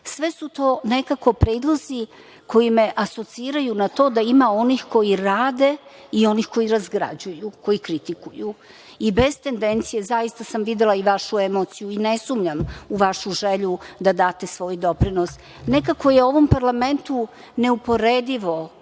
su to nekako predlozi koji me asociraju na to da ima onih koji rade i oni koji razgrađuju, koji kritikuju. Zaista sam videla vašu emociju i ne sumnjam u vašu želju da date svoj doprinos. Nekako je ovom parlamentu ne uporedivo